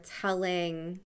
telling